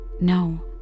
No